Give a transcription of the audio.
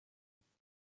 nueve